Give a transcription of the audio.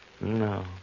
No